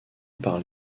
par